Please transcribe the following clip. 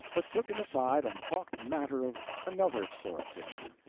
but took him aside and talked matter of another sort to him.